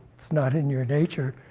it's not in your nature,